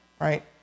right